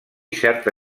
certa